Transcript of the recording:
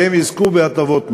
והם יזכו בהטבות מס.